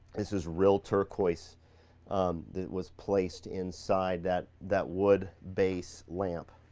this is real turquoise that was placed inside that that wood base lamp.